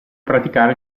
praticare